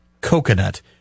coconut